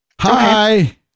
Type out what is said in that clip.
Hi